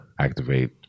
activate